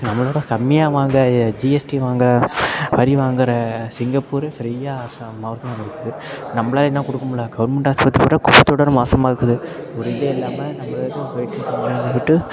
நம்மளோவிட கம்மியாக வாங்க ஜிஎஸ்ட்டி வாங்க வரி வாங்கிற சிங்கப்பூரு ஃப்ரீயாக ச மருத்துவம் கொடுக்குது நம்மளால இன்னும் கொடுக்க முடியல கவர்மெண்ட் ஆஸ்பத்திரி கொசு தொல்லை ரொம்ப மோசமாக இருக்குது ஒரு இதே இல்லாமல்